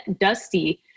Dusty